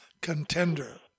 contender